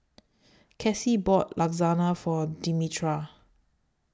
Casie bought Lasagna For Demetria